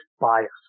bias